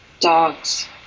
Dogs